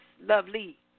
lovely